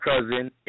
cousin